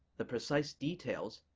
the precise details,